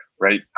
right